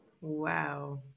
Wow